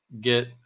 get